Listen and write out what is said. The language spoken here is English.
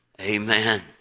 Amen